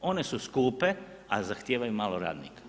one su skupe a zahtijevaju malo radnika.